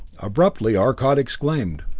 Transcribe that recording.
abruptly arcot exclaimed,